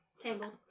Tangled